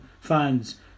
fans